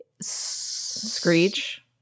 Screech